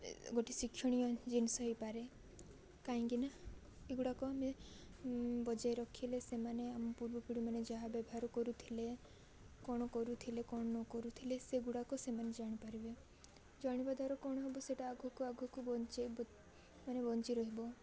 ଗୋଟେ ଶିକ୍ଷଣୀୟ ଜିନିଷ ହେଇପାରେ କାହିଁକିନା ଏଗୁଡ଼ାକ ଆମେ ବଜାଇ ରଖିଲେ ସେମାନେ ଆମ ପୂର୍ବ ପିଢ଼ିମାନେ ଯାହା ବ୍ୟବହାର କରୁଥିଲେ କ'ଣ କରୁଥିଲେ କ'ଣ ନ କରୁଥିଲେ ସେଗୁଡ଼ାକ ସେମାନେ ଜାଣିପାରିବେ ଜାଣିବା ଦ୍ୱାରା କ'ଣ ହବ ସେଟା ଆଗକୁ ଆଗକୁ ବଞ୍ଚାଇ ମାନେ ବଞ୍ଚି ରହିବ